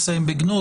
מסיים בגנות.